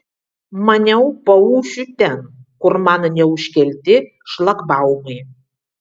maniau paūšiu ten kur man neužkelti šlagbaumai